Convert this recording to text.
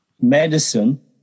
Medicine